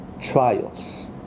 trials